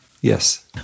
yes